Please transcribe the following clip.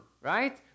right